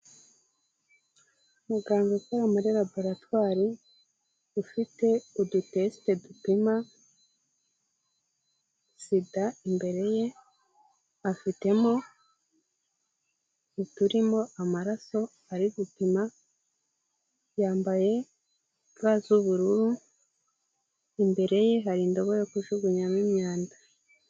Muganga ukora muri laboratwari ufite uduteste dupima sida imbere ye, afitemo uturimo amaraso ari gupima, yambaye ga z'ubururu, imbere ye hari indobo yo kujugunyamo imyanda.